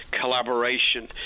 collaboration